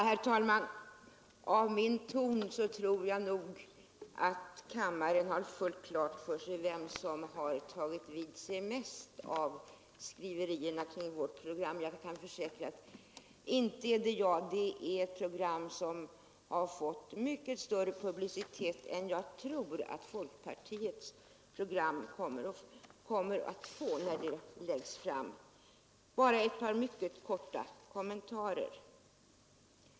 Herr talman! Av min ton tror jag att kammarens ledamöter har fullt klart för sig vem som har tagit vid sig mest av skriverierna kring vårt Program. Jag kan försäkra att det inte är jag. Det är ett program som har fått mycket större publicitet än jag tror att folkpartiets program kommer att få när det läggs fram. Jag vill bara göra ett par mycket korta kommentarer.